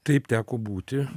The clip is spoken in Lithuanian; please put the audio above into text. taip teko būti